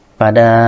pada